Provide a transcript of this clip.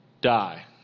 die